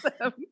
awesome